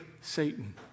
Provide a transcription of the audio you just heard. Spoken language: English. Satan